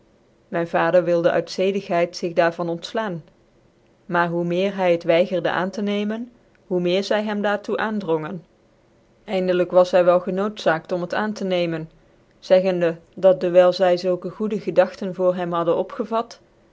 myn vacicr wilde uit zedigheid zig daar van ontflaanj maar hoe meer hy het wygerde ain tc nccmen hoe meer zy hem daar toe aandrongen eindelyk was hy wel genoodzaakt om het aan te neemen zeggende dat dcwyl zy zulke goede gedagten een neger ip ten voor hem hadden opgevat